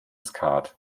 skat